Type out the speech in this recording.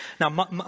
Now